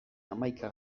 hamaika